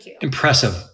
impressive